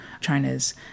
China's